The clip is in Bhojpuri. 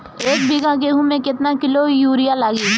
एक बीगहा गेहूं में केतना किलो युरिया लागी?